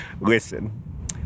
Listen